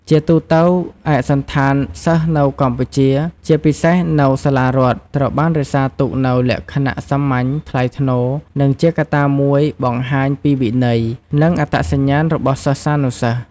ជាទូទៅ ឯកសណ្ឋានសិស្សនៅកម្ពុជា ជាពិសេសនៅសាលារដ្ឋ ត្រូវបានរក្សាទុកនូវលក្ខណៈសាមញ្ញ ថ្លៃថ្នូរ និងជាកត្តាមួយបង្ហាញពីវិន័យ និងអត្តសញ្ញាណរបស់សិស្សានុសិស្ស។